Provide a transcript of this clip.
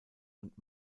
und